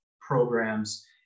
programs